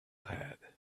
had